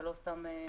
ולא סתם מכשיר.